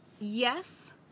yes